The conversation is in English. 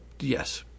Yes